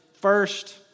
first